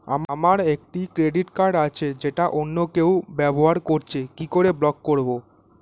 আমার একটি credit card আছে যেটা অন্য কেউ ব্যবহার করছে কি করে ব্লক করবো?